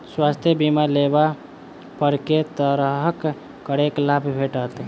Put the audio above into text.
स्वास्थ्य बीमा लेबा पर केँ तरहक करके लाभ भेटत?